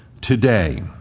today